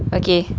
okay